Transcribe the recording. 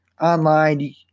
online